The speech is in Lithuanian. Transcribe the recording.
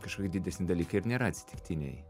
kažkokie didesni dalykai ir nėra atsitiktiniai